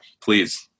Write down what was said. please